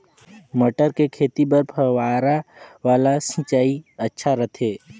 मटर के खेती बर फव्वारा वाला सिंचाई अच्छा रथे?